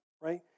right